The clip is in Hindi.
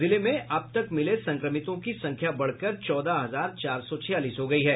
जिले में अब तक मिले संक्रमितों की संख्या बढ़कर चौदह हजार चार सौ छियालीस हो गयी है